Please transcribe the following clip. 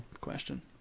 question